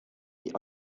die